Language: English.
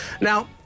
Now